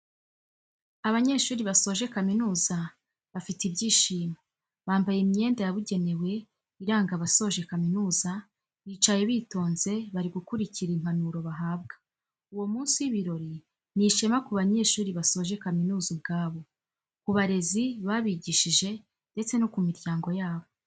Abanyeshuri basoje kamizuza bafite ibyishimo, bambaye imyenda yabugenewe iranga abasoje kaminuza bicaye bitonze bari gukurikira impanuro bahabwa, uwo munsi w'ibirori ni ishema ku banyeshuri basoje kaminuza ubwabo, ku barezi babigishije ndetse no ku miryango yabo.